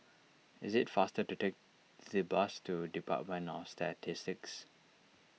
it is faster to take the bus to Department of Statistics